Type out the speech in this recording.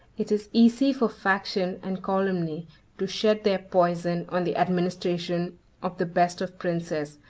it is easy for faction and calumny to shed their poison on the administration of the best of princes,